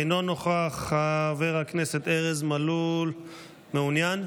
אינו נוכח, חבר הכנסת ארז מלול מעוניין?